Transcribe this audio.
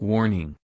Warning